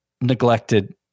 neglected